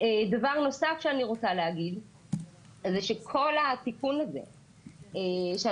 דבר נוסף שאני רוצה להגיד זה שכל התיקון הזה שאנחנו